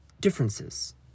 differences